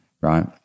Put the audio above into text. Right